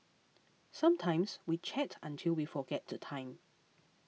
sometimes we chat until we forget the time